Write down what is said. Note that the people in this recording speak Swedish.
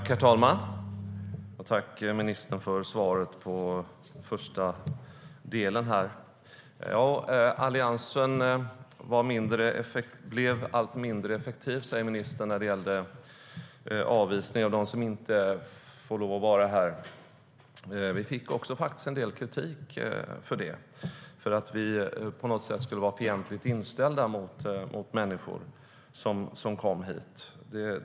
Herr talman! Tack, ministern, för svaret på den första delen! Alliansen blev allt mindre effektiva när det gällde avvisningar av dem som inte får lov att vara här, säger ministern. Vi fick också en del kritik för att vi på något sätt skulle ha varit fientligt inställda mot människor som kom hit.